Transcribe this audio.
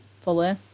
fully